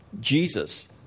Jesus